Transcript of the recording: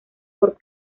por